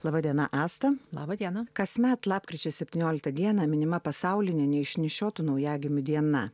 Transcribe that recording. laba diena asta laba diena kasmet lapkričio septynioliktą dieną minima pasaulinė neišnešiotų naujagimių diena